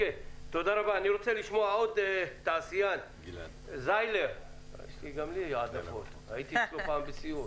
אני רוצה לשמוע עוד תעשיין בשם מאיר זיילר שהייתי אצלו פעם בסיור.